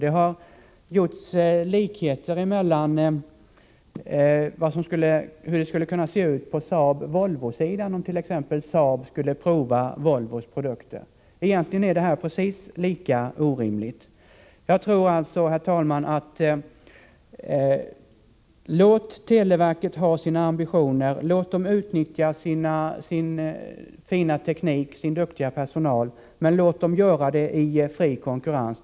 Det har gjorts jämförelser med hur det skulle kunna se ut på bilsidan, om t.ex. Saab skulle prova Volvos produkter. Det är egentligen precis lika orimligt att televerket skall prova konkurrenternas produkter. Jag anser alltså, herr talman, att televerket skall få ha sina ambitioner och utnyttja sin fina teknik och sin duktiga personal men att detta skall ske i fri konkurrens.